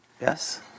Yes